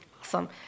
Awesome